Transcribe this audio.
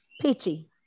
Peachy